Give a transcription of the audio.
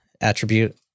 attribute